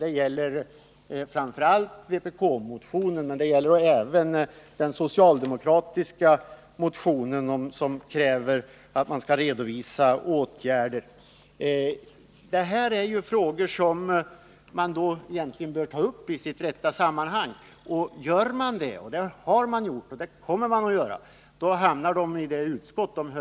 Det gäller framför allt vpk-motionen, men det gäller även den socialdemokratiska motionens förslag angående sparåtgärder. Detta är frågor som bör tas upp i sitt rätta sammanhang. Så har också skett och kommer att ske.